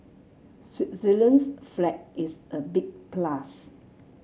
Switzerland's flag is a big plus